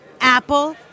Apple